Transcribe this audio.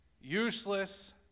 useless